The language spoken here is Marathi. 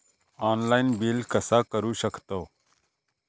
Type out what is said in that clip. ऑनलाइन बिल कसा करु शकतव?